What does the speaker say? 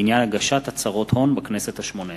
בעניין הגשת הצהרות הון בכנסת השמונה-עשרה.